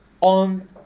on